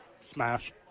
Smash